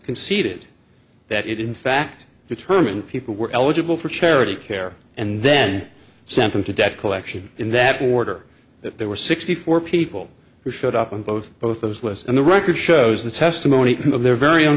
conceded that it in fact determined people were eligible for charity care and then sent them to debt collection in that order that there were sixty four people who showed up on both both those lists and the record shows the testimony of their very